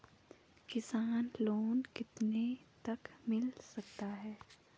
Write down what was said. किसान लोंन कितने तक मिल सकता है?